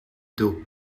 d’eau